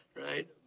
right